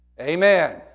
Amen